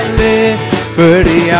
liberty